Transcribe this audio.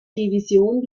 division